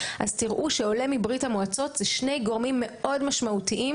תראו שלהיות עולה מברית המועצות זה גורם מאוד משמעותי,